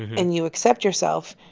and you accept yourself,